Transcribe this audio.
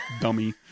dummy